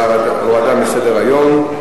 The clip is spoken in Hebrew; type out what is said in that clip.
הורדה מסדר-היום.